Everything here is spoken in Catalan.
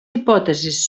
hipòtesis